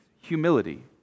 humility